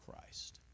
Christ